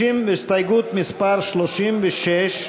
הסתייגות מס' 36,